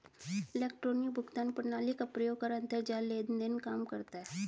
electronic भुगतान प्रणाली का प्रयोग कर अंतरजाल लेन देन काम करता है